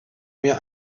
mir